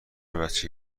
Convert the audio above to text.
بچگی